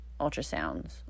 ultrasounds